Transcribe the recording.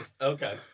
Okay